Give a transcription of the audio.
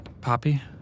Poppy